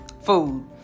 food